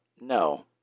no